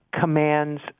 commands